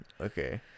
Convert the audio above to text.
Okay